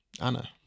Anna